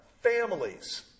families